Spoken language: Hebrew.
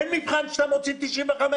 אין מבחן שאתה מוציא 95?